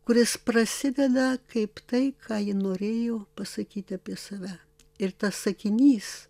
kuris prasideda kaip tai ką ji norėjo pasakyti apie save ir tas sakinys